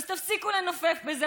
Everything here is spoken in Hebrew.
אז תפסיקו לנופף בזה,